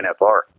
NFR